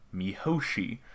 Mihoshi